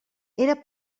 era